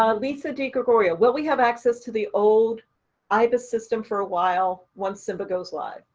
um lisa degregorio will we have access to the old ibis system for a while once simba goes live?